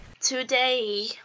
Today